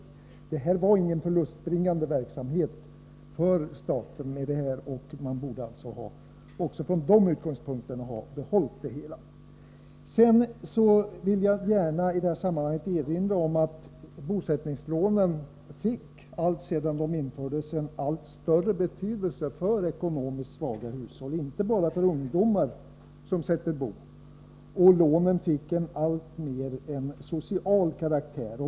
Den här långivningen var ingen förlustbringande verksamhet för staten, och man borde också från de utgångspunkterna ha bibehållit dem. Bosättningslånen fick alltsedan de infördes en allt större betydelse för ekonomiskt svaga hushåll — inte bara för ungdomar som skulle sätta bo. Lånen fick också en alltmer social karaktär.